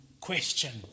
Question